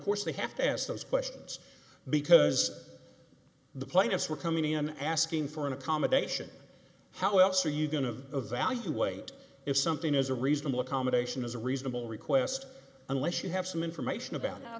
course they have to ask those questions because the plaintiffs were coming in asking for an accommodation how else are you going to evaluate if something is a reasonable accommodation is a reasonable request unless you have some information about how